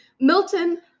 Milton